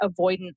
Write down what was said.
avoidant